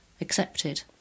accepted